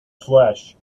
flesh